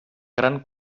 gran